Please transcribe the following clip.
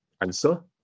answer